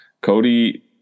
Cody